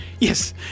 Yes